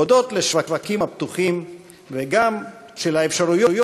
הודות לשווקים הפתוחים וגם לאפשרויות